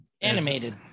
animated